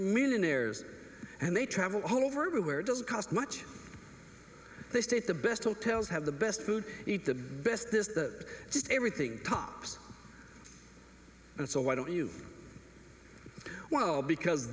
millionaires and they travel all over everywhere doesn't cost much they state the best hotels have the best food eat the best is the just everything tops and so why don't you well because